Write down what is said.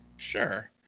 Sure